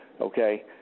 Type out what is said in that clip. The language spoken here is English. Okay